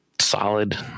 Solid